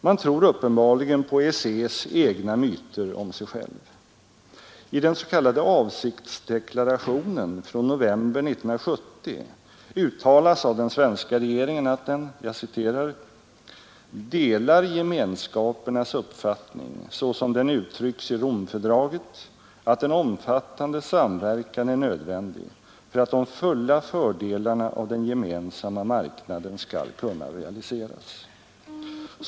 Man tror uppenbarligen på EEC: egna myter om sig själv. I den s.k. avsiktsdeklarationen från november 1970 uttalas av den svenska regeringen att den ”delar gemenskapernas uppfattning såsom den uttryckt i Romfördraget att en omfattande samverkan är nödvändig för att de fulla fördelarna av den gemensamma marknaden skall kunna realiseras.